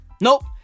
nope